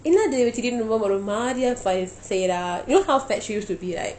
எனது தீடீரெனு ஒரு மாதிரியா:enathu thidirenu oru mathiriya files செய்றா:seira you know how fat she used to be right